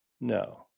No